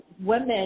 women